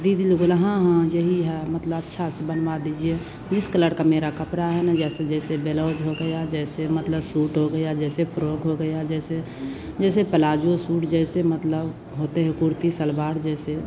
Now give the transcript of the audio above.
दीदी लोग बोले हाँ हाँ जहि है मतलब अच्छे से बनवा दीजिए जिस कलर का मेरा कपड़ा है ना जैसे जैसे बेलौज हो गया जैसे मतलब सूट हो गया जैसे फ्रॉक हो गया जैसे जैसे प्लाज़ो सूट जैसे मतलब होते हैं कुर्ती सलवार जैसे